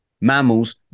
Mammals